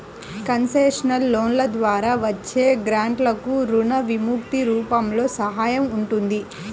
concessional లోన్ల ద్వారా వచ్చే గ్రాంట్లకు రుణ విముక్తి రూపంలో సహాయం ఉంటుంది